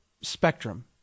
spectrum